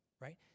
right